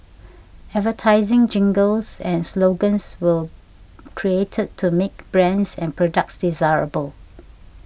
advertising jingles and slogans will created to make brands and products desirable